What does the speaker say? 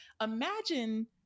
Imagine